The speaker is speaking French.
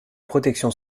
protection